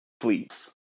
fleets